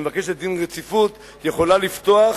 שמבקשת דין רציפות, יכולה לפתוח